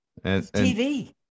TV